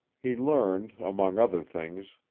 he learned, among other things,